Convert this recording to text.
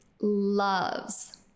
loves